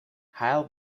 haile